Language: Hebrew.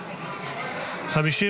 לא נתקבלה.